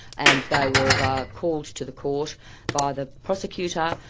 and they were ah called to the court by the prosecutor,